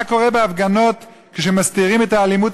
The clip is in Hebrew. מה קורה בהפגנות כשמסתירים את האלימות